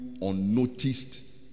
unnoticed